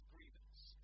grievance